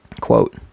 quote